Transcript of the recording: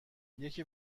یکی